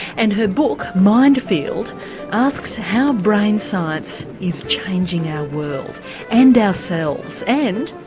and her book mindfield asks how brain science is changing our world and ourselves and,